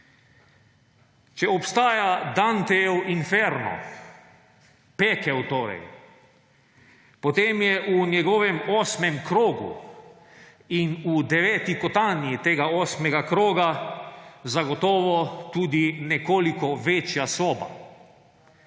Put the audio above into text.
Če obstaja Dantejev inferno, pekel torej, potem je v njegovem osmem krogu in v deveti kotanji tega osmega kroga zagotovo tudi nekoliko večja soba.